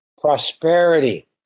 prosperity